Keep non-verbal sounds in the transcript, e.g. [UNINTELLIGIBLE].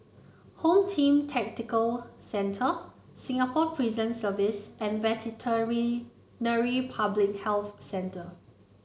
Home Team Tactical Centre Singapore Prison Service and [UNINTELLIGIBLE] Public Health Centre